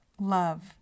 love